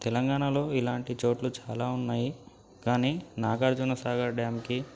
తెలంగాణలో ఇలాంటి చోట్లు చాలా ఉన్నాయి కానీ నాగార్జునసాగర్ డ్యామ్కి